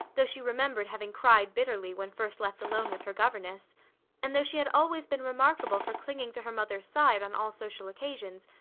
though she remembered having cried bitterly when first left alone with her governess and though she had always been remarkable for clinging to her mother's side on all social occasions,